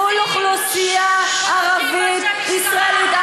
מול אוכלוסייה ערבית-ישראלית.